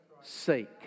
sake